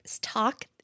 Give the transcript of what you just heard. talk